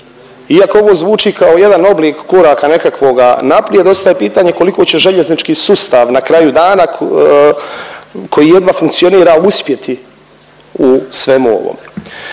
Iako ovo zvuči kao jedan oblik koraka nekakvoga naprijed ostaje pitanje koliko će željeznički sustav na kraju dana koji jedva funkcionira uspjeti u svemu ovome.